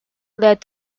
led